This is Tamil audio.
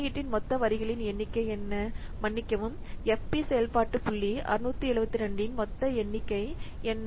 குறியீட்டின் மொத்த வரிகளின் எண்ணிக்கை என்ன மன்னிக்கவும் FP செயல்பாட்டு புள்ளி 672 இன் மொத்த எண்ணிக்கை என்ன